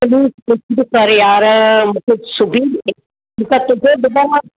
कर यारु कुझु सिबी ॾिजे जेका तोखे ॾिनो मां